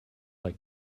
like